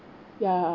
ya